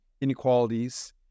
inequalities